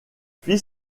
fit